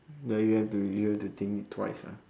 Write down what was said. ya you have to you have to think it twice ah